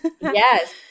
Yes